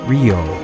Rio